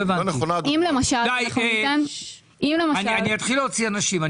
די, אני אתחיל להוציא אנשים.